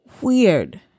Weird